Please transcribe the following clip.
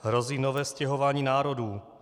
Hrozí nové stěhování národů.